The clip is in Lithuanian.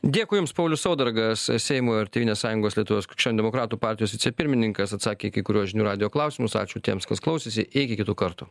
dėkui jums paulius saudargas seimo ir tėvynės sąjungos lietuvos krikščionių demokratų partijos vicepirmininkas atsakė į kai kuriuos žinių radijo klausimus ačiū tiems kas klausėsi iki kitų kartų